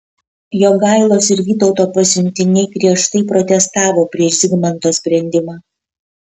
jogailos ir vytauto pasiuntiniai griežtai protestavo prieš zigmanto sprendimą